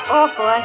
awful